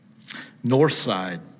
Northside